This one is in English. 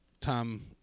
Tom